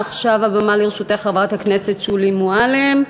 עכשיו הבמה לרשותך, חברת הכנסת שולי מועלם.